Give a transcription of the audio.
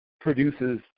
produces